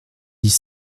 dix